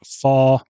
four